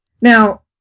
Now